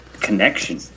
connection